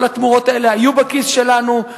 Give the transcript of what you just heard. כל התמורות האלה היו בכיס שלנו.